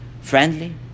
friendly